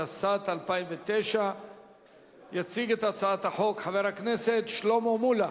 התשס"ט 2009. יציג את הצעת החוק חבר הכנסת שלמה מולה.